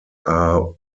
are